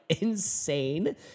insane